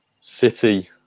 City